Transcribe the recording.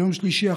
ביום שלישי,